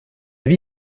vie